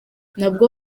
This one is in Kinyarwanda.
nabwo